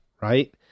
right